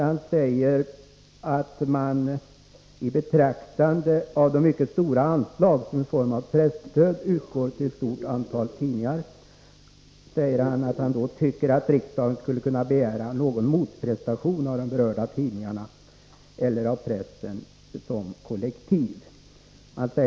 Han skriver där: ”Men i betraktande av de mycket stora anslag, som i form av presstöd utgår till ett stort antal tidningar, har jag ändå tyckt att riksdagen skulle kunna begära någon motprestation — av de berörda tidningarna eller av pressen som kollektiv.